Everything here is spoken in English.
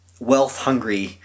wealth-hungry